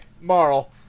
Marl